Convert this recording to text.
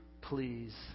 please